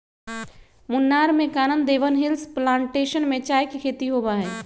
मुन्नार में Kanan Devan Hills plantation में चाय के खेती होबा हई